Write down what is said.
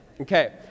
Okay